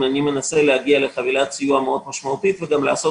אני מנסה להגיע לחבילת סיוע מאוד משמעותית וגם לעשות